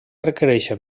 requereix